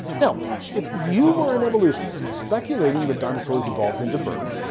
now if you were an evolutionist speculating that dinosaurs evolved into birds,